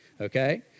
okay